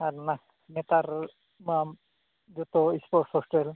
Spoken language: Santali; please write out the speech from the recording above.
ᱟᱨ ᱚᱱᱟ ᱱᱮᱛᱟᱨ ᱢᱟ ᱡᱚᱛᱚ ᱥᱯᱳᱨᱴᱥ ᱦᱳᱥᱴᱮᱞ